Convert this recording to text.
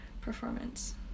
performance